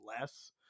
less